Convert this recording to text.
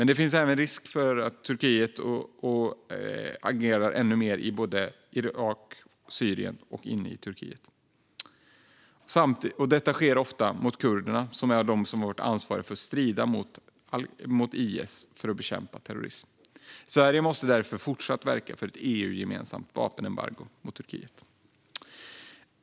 Det finns även risk att Turkiet agerar ännu mer i Irak och Syrien och även inne i Turkiet. Detta sker ofta mot kurderna som är de som har varit ansvariga för att strida mot IS för att bekämpa terrorism. Sverige måste därför fortsatt verka för ett EU-gemensamt vapenembargo mot Turkiet.